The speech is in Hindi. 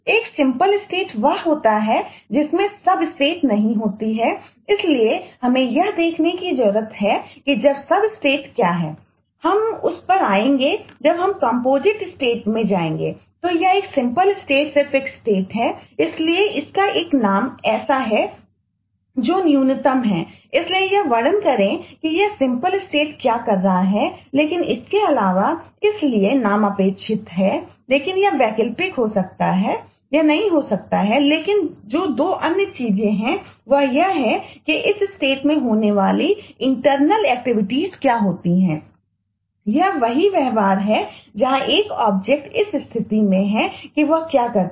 एक सिंपल स्टेट इस स्थिति में है कि वह क्या करता है